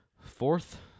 fourth